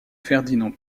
ferdinand